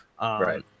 Right